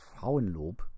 Frauenlob